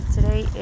Today